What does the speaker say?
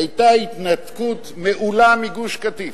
היתה התנתקות מעולה מגוש-קטיף.